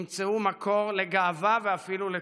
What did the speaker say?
ימצאו מקור לגאווה ואפילו לתקווה.